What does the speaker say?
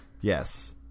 Yes